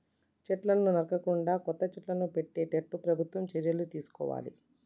చెట్లను నరకకుండా కొత్త చెట్లను పెట్టేట్టు ప్రభుత్వం చర్యలు తీసుకోవాలి